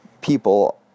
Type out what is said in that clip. people